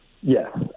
Yes